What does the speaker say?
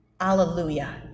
Alleluia